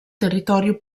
territorio